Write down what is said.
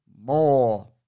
more